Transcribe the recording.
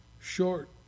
short